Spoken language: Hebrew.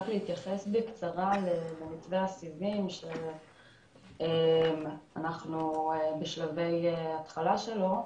רק להתייחס בקצרה למתווה הסיבים שאנחנו בשלבי התחלה שלו.